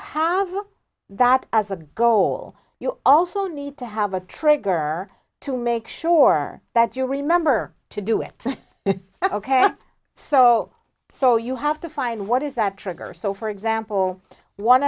have that as a goal you also need to have a trigger to make sure that you remember to do it ok so so you have to find what is that trigger so for example one